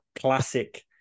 Classic